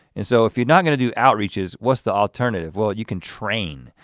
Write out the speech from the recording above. and so if you're not gonna do outreaches, what's the alternative? well, you can train.